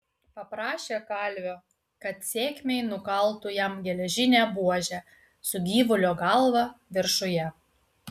paprašė kalvio kad sėkmei nukaltų jam geležinę buožę su gyvulio galva viršuje